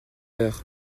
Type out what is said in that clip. heures